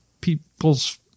people's